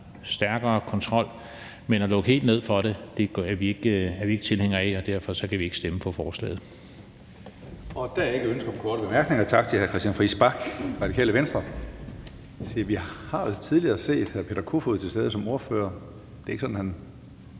stærkere kontrol, men at lukke helt ned for det er vi ikke tilhængere af, og derfor kan vi ikke stemme for forslaget.